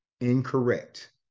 incorrect